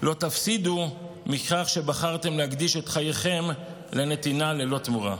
לא תפסידו מכך שבחרתם להקדיש את חייכם לנתינה ללא תמורה.